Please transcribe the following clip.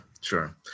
sure